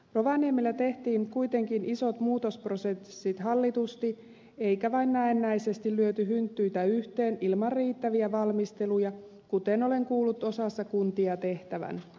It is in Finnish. rovaniemellä tehtiin kuitenkin isot muutosprosessit hallitusti eikä vain näennäisesti lyöty hynttyitä yhteen ilman riittäviä valmisteluja kuten olen kuullut osassa kuntia tehtävän